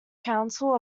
counsel